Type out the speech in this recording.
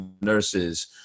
nurses